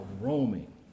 roaming